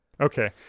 Okay